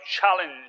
challenge